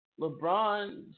LeBron